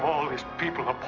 of all these people up